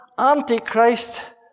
Antichrist